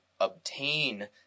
obtain